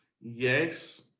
Yes